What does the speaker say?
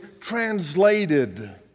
translated